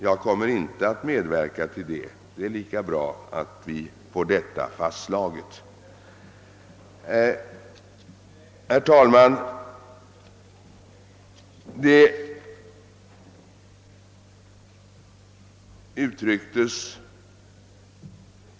Jag kommer inte att medverka till något sådant, det är lika bra att få detta fastslaget. Herr talman!